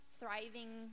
thriving